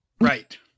Right